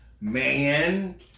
man